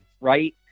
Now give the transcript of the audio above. right